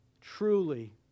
truly